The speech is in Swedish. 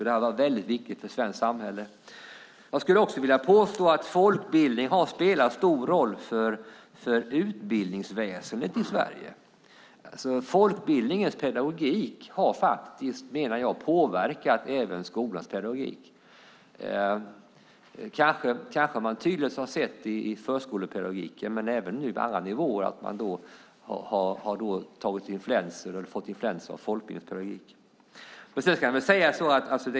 Det var väldigt viktigt för det svenska samhället. Jag skulle också vilja påstå att folkbildningen har spelat stor roll för utbildningsväsendet i Sverige. Folkbildningens pedagogik har påverkat även skolans pedagogik. Man kanske har sett det tydligast i förskolepedagogiken, men alla nivåer har fått influenser av folkbildningspedagogik.